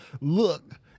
look